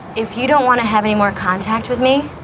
if you don't want to have any more contact with me,